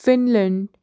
Finland